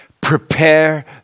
Prepare